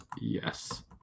yes